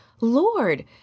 Lord